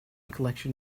collection